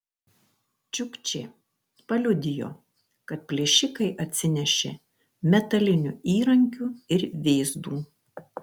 čiukčė paliudijo kad plėšikai atsinešė metalinių įrankių ir vėzdų